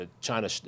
China